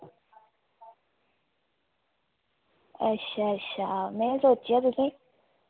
अच्छा अच्छा में सोचेआ तुसें